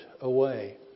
away